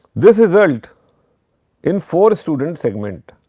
this result in four student segment.